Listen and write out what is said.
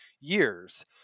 years